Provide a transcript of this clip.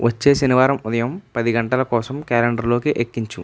వచ్చే శనివారం ఉదయం పదిగంటల కోసం క్యాలెండర్లోకి ఎక్కించు